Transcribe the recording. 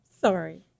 Sorry